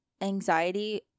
anxiety